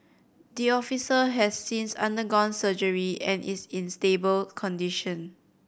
the officer has since undergone surgery and is in stable condition